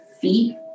feet